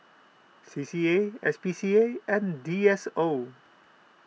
C C A S P C A and D S O